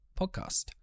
podcast